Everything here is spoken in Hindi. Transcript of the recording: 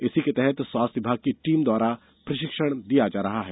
इसी के तहत स्वास्थ्य विभाग की टीम द्वारा प्रशिक्षण दिया जा रहा है